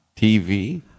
TV